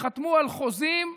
שחתמו על חוזים,